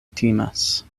timas